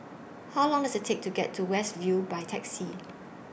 How Long Does IT Take to get to West View By Taxi